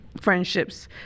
friendships